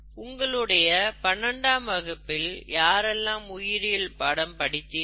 உங்களுடைய 12ஆம் வகுப்பில் யாரெல்லாம் உயிரியல் பாடம் படித்தீர்கள்